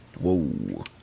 Whoa